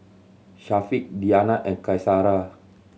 Syafiq Diyana and Qaisara